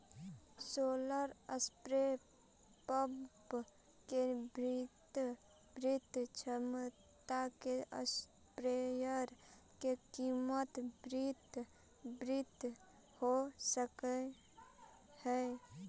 solar spray pump के भिन्न भिन्न क्षमता के स्प्रेयर के कीमत भिन्न भिन्न हो सकऽ हइ